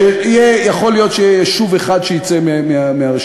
יכול להיות שיהיה יישוב אחד שיצא מהרשימה,